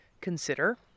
consider